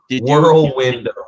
whirlwind